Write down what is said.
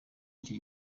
y’icyo